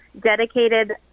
dedicated